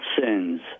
sins